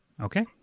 Okay